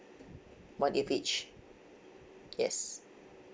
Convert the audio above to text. one of each yes